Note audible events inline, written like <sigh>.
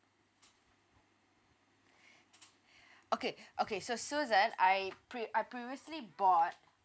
<breath> okay okay so susan I pre~ previously bought